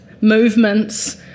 movements